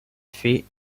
fait